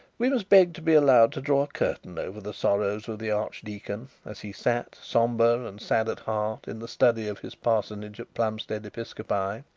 we must beg to be allowed to draw a curtain over the sorrows of the archdeacon as he sat, sombre and sad at heart, in the study of his parsonage at plumstead episcopi.